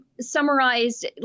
summarized